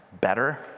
better